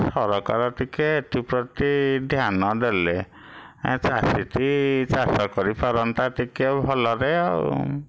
ସରକାର ଟିକିଏ ଏଥିପ୍ରତି ଧ୍ୟାନ ଦେଲେ ଏଁ ଚାଷୀଟି ଚାଷ କରିପାରନ୍ତା ଟିକିଏ ଭଲରେ ଆଉ